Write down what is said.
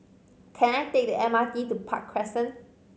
can I take the M R T to Park Crescent